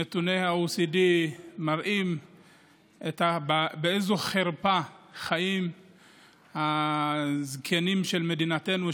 נתוני ה-OECD מראים באיזו חרפה חיים הזקנים של מדינתנו,